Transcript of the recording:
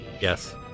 Yes